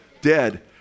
Dead